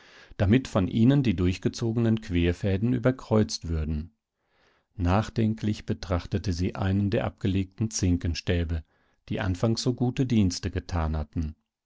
damit von ihnen die durchgezogenen querfäden überkreuzt würden nachdenklich betrachtete sie einen der abgelegten zinkenstäbe die anfangs so gute dienste getan hatten